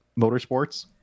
Motorsports